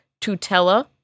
tutela